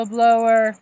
Blower